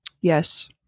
Yes